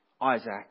isaac